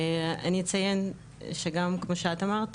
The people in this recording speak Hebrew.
אני אציין שגם כמו שאת אמרת,